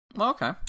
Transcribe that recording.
Okay